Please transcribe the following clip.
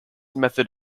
method